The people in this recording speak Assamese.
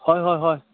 হয় হয় হয়